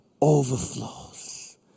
overflows